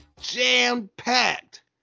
Jam-packed